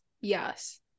Yes